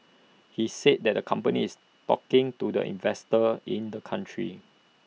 he said that the company is talking to the investors in the country